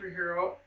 superhero